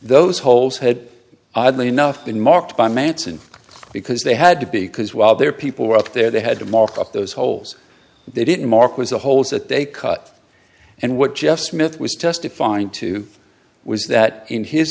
those holes had oddly enough been marked by manson because they had to because while their people were up there they had to mark up those holes they didn't mark was the holes that they cut and what jeff smith was testifying to was that in his